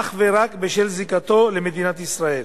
אך ורק בשל זיקתו למדינת ישראל.